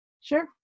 sure